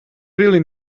really